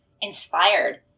inspired